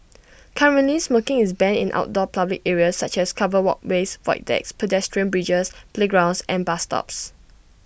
currently smoking is banned in outdoor public areas such as covered walkways void decks pedestrian bridges playgrounds and bus stops